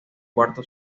cuarto